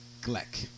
Gleck